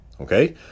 Okay